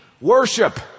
worship